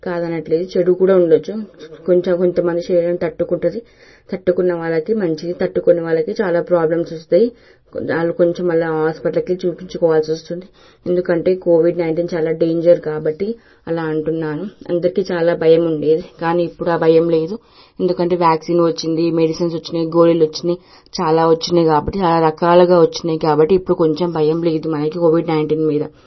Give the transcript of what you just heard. కాదనట్లేదు చెడు కూడా ఉండొచ్చు కొంచెం కొంతమంది శరీరం తట్టుకుంటుంది తట్టుకున్న వాళ్ళకి మంచిది తట్టుకోని వాళ్ళకి చాలా ప్రాబ్లమ్స్ వస్తాయి వాళ్ళు కొంచెం అలా హాస్పిటల్కి చూపించుకోవాల్సి వస్తుంది ఎందుకంటే కోవిడ్ నైన్టీన్ చాలా డేంజర్ కాబట్టి అలా అంటున్నాను అందరికీ చాలా భయం ఉండేది కానీ ఇప్పుడు ఆ భయం లేదు ఎందుకంటే వ్యాక్సిన్ వచ్చింది మెడిసిన్స్ వచ్చినయి గోలీలు వచ్చినయి చాలా వచ్చినయి కాబట్టి ఆ రకాలుగా వచ్చినాయి కాబట్టి ఇప్పుడు కొంచెం భయం లేదు మనకి కోవిడ్ నైన్టీన్ మీద